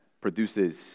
produces